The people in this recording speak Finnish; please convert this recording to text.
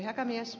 puhemies